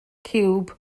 ciwb